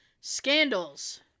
scandals